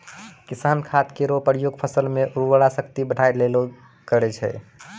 किसान खाद केरो प्रयोग फसल म उर्वरा शक्ति बढ़ाय लेलि करै छै